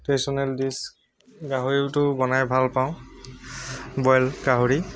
traditional dish গাহৰিটো বনাই ভাল পাওঁ বইল গাহৰি